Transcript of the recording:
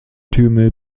türme